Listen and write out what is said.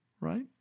right